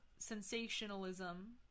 sensationalism